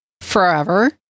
Forever